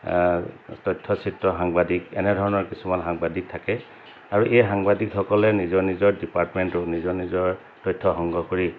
তথ্য চিত্ৰ সাংবাদিক এনেধৰণৰ কিছুমান সাংবাদিক থাকে আৰু এই সাংবাদিকসকলে নিজৰ নিজৰ ডিপাৰ্টমেণ্টটোৰ নিজৰ নিজৰ তথ্য সংগ্ৰহ কৰি